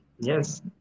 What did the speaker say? Yes